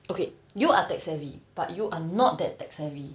okay you are tech savvy but you are not that tech savvy